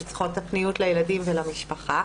שהן צריכות את הפניות לילדים ולמשפחה.